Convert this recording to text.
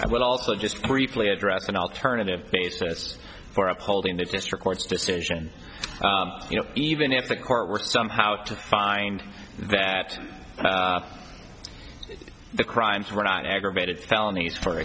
i would also just briefly address an alternative basis for upholding the district court's decision you know even if the court were somehow to find that the crimes were not aggravated felonies for